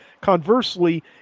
conversely